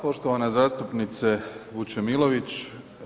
Poštovana zastupnice Vučemilović.